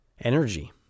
energy